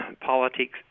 politics